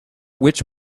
which